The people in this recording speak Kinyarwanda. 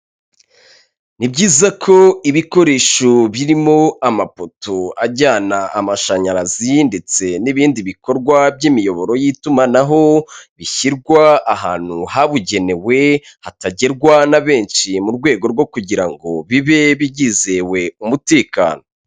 Ni byiza ko ibikoresho birimo amapoto ajyana amashanyarazi ndetse n'ibindi bikorwa by'imiyoboro y'itumanaho, bishyirwa ahantu habugenewe, hatagerwa na benshi mu rwego rwo kugira ngo bibe byizewe umutekano.